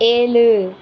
ஏழு